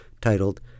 titled